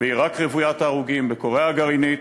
בעיראק רוויית ההרוגים, בקוריאה הגרעינית,